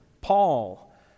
Paul